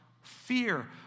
fear